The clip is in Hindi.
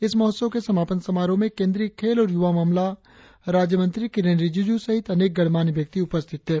इस महोत्सव के समापन समारोह में केंद्रीय खेल और युवा मामला राज्य मंत्री किरेन रिजिजू सहित अनेक गणमान्य व्यक्ति उपस्थित थे